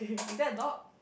is there a dog